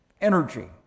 energy